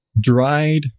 dried